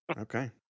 Okay